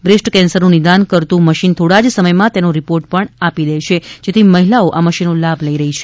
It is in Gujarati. બ્રેસ્ટ કેન્સરનું નિદાન કરતું મશીન થોડા જ સમયમાં તેનો રિપોર્ટ પણ આવી જાય છે જેથી મહિલાઓ આ મશીનનો લાભ લઇ રહી છે